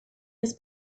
his